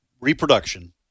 reproduction